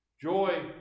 joy